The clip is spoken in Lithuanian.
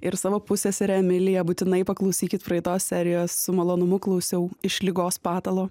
ir savo pusseserę emiliją būtinai paklausykit praeitos serijos su malonumu klausiau iš ligos patalo